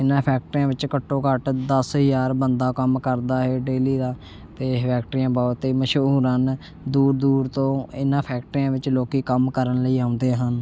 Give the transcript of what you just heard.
ਇਨ੍ਹਾਂ ਫੈਕਟਰੀਆਂ ਵਿੱਚ ਘੱਟੋ ਘੱਟ ਦਸ ਹਜ਼ਾਰ ਬੰਦਾ ਕੰਮ ਕਰਦਾ ਹੈ ਡੇਲੀ ਦਾ ਅਤੇ ਇਹ ਫੈਕਟਰੀਆਂ ਬਹੁਤ ਹੀ ਮਸ਼ਹੂਰ ਹਨ ਦੂਰ ਦੂਰ ਤੋਂ ਇਨ੍ਹਾਂ ਫੈਕਟਰੀਆਂ ਵਿੱਚ ਲੋਕ ਕੰਮ ਕਰਨ ਲਈ ਆਉਂਦੇ ਹਨ